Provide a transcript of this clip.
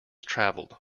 travelled